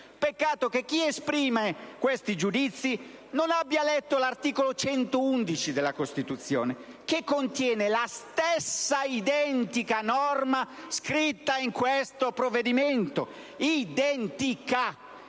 Peccato che chi esprime questi giudizi non abbia letto l'articolo 111 della Costituzione, che contiene la stessa identica norma scritta in questo provvedimento. L'articolo